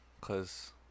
Cause